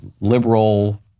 liberal